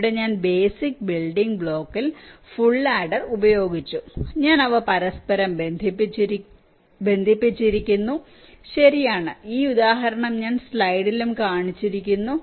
അവിടെ ഞാൻ basic building ബ്ലോക്കിൽ ഫുൾ ആഡർ ഉപയോഗിച്ചു ഞാൻ അവ പരസ്പരം ബന്ധിപ്പിച്ചിരിക്കുന്നു ശരിയാണ് ഈ ഉദാഹരണം ഞാൻ സ്ലൈഡിലും കാണിച്ചിരിക്കുന്നു